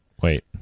Wait